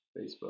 Facebook